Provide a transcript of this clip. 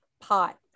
pot